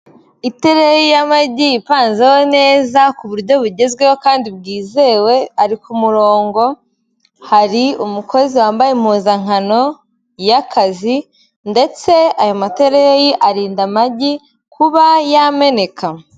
Itereyi y'amagi ipanzeho neza ku buryo bugezweho kandi bwizewe ari ku murongo, hari umukozi wambaye impuzankano y'akazi, ndetse ayo matereyi arinda amagi kuba yameneka.